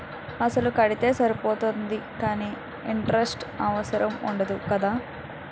అసలు కడితే సరిపోతుంది కదా ఇంటరెస్ట్ అవసరం ఉండదు కదా?